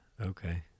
Okay